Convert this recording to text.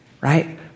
Right